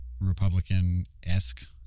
Republican-esque